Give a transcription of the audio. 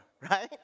right